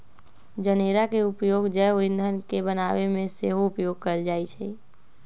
जनेरा के उपयोग जैव ईंधन के बनाबे में सेहो उपयोग कएल जाइ छइ